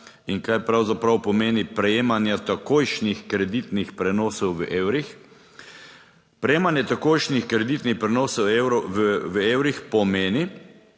In kaj pravzaprav pomeni prejemanje takojšnjih kreditnih prenosov v evrih? Prejemanje takojšnjih kreditnih prenosov v evrih pomeni,